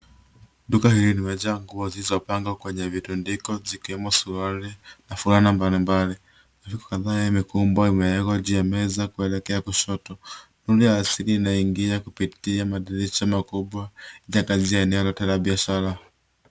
Duka hili limejaa nguo zilizo pangwa kwenye vitundiko zikiwemo suruali na fulana mbalimbali. mifuko Kadhaa yamewekwa juu ya meza kuelekea kushoto. Nuru ya asili inaingia kupitia madirisha makubwa katika eneo la biashara.